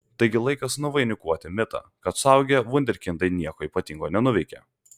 taigi laikas nuvainikuoti mitą kad suaugę vunderkindai nieko ypatingo nenuveikia